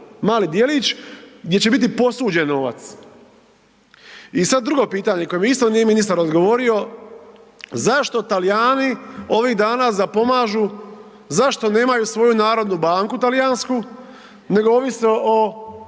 mali djelić gdje će biti posuđen novac. I sad drugo pitanje koje mi isto nije ministar odgovorio. Zašto Talijani ovih dana zapomažu zašto nemaju svoju narodnu banku talijansku, nego ovise o